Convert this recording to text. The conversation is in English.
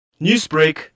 Newsbreak